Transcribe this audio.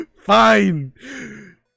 fine